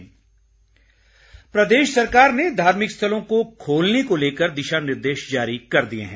दिशा निर्देश प्रदेश सरकार ने धार्मिक स्थलों को खोलने को लेकर दिशा निर्देश जारी कर दिए हैं